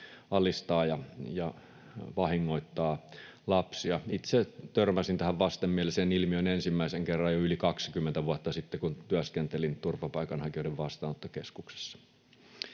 alistavat ja vahingoittavat lapsia. Itse törmäsin tähän vastenmieliseen ilmiöön ensimmäisen kerran jo yli 20 vuotta sitten, kun työskentelin turvapaikanhakijoiden vastaanottokeskuksessa.